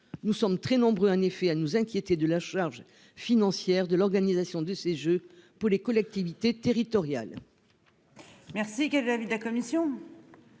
nous sommes très nombreux à nous inquiéter de la charge financière que représente l'organisation de ces jeux pour les collectivités territoriales.